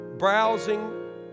Browsing